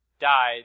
died